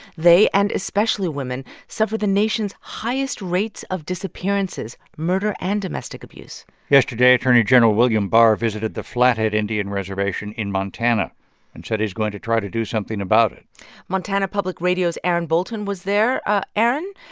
they and especially women suffer the nation's highest rates of disappearances murder and domestic abuse yesterday, attorney general william barr visited the flathead indian reservation in montana and said he's going to try to do something about it montana public radio's aaron bolton was there. ah aaron,